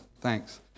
thanks